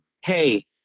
hey